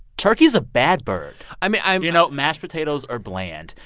turkey's a bad bird i mean, i'm. you know, mashed potatoes are bland.